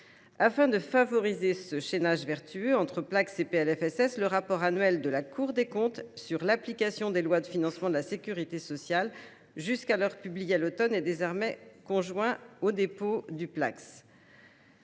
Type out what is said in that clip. Afin de favoriser ce chaînage entre le Placss et le PLFSS, le rapport annuel de la Cour des comptes sur l’application des lois de financement de la sécurité sociale, jusqu’alors publié à l’automne, est désormais conjoint au dépôt du Placss.